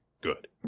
good